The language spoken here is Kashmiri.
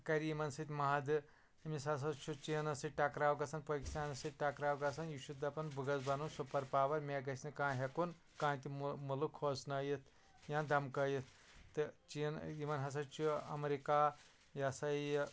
کَرِ یمن سۭتۍ مہادٕ أمِس ہَسا چھُ چیٖنَس سۭتۍ ٹَکراو گَژھان پٲکستانَس سۭتۍ ٹَکراو گَژھان یہِ چھُ دپان بہٕ گَژھٕ بَنُن سُپر پاوَر مےٚ گَژھِ نہٕ کانٛہہ ہیٚکُن کانٛہہ تہِ مُلک کھوژٕنٲوِتھ یا دمکٲوِتھ تہٕ چیٖن یمن ہَسا چھُ امریکہ یا سا یہِ